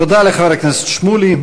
תודה לחבר הכנסת שמולי.